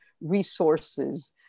resources